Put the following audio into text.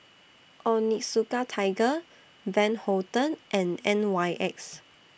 Onitsuka Tiger Van Houten and N Y X